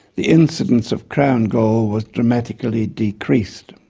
the incidence of crown gall was dramatically decreased.